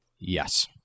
Yes